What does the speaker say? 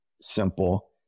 simple